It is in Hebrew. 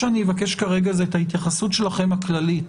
אני אבקש את ההתייחסות שלכם הכללית.